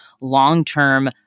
long-term